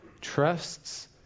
trusts